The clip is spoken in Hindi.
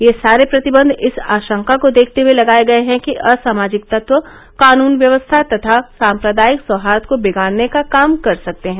ये सारे प्रतिबंध इस आशंका को देखते हए लगाये गये हैं कि असामाजिक तत्व कानून व्यवस्था तथा साम्प्रदायिक सौहार्द को बिगाडने का काम कर सकते हैं